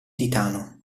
titano